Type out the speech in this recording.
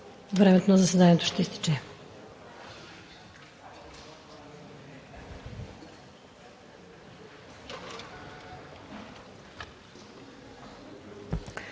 времето на заседанието ще изтече.